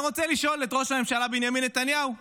ואני רוצה לשאול את ראש הממשלה בנימין נתניהו: